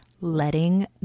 letting